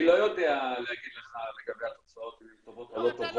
אני לא יודע להגיד לך לגבי התוצאות אם הן טובות או לא טובות,